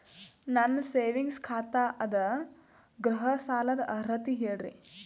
ನನ್ನ ಸೇವಿಂಗ್ಸ್ ಖಾತಾ ಅದ, ಗೃಹ ಸಾಲದ ಅರ್ಹತಿ ಹೇಳರಿ?